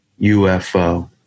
UFO